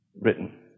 written